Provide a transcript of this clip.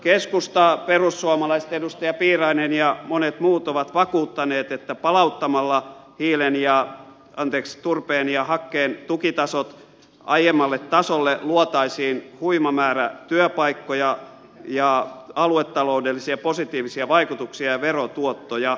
keskusta perussuomalaiset edustaja piirainen ja monet muut ovat vakuuttaneet että palauttamalla turpeen ja hakkeen tukitasot aiemmalle tasolle luotaisiin huima määrä työpaikkoja ja aluetaloudellisia positiivisia vaikutuksia ja verotuottoja